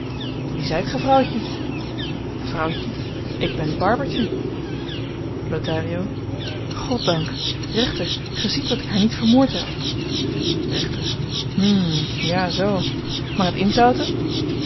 wie zyt ge vrouwtje vrouwtje ik ben barbertje lothario goddank rechter ge ziet dat ik haar niet vermoord heb rechter hm ja zoo maar het inzouten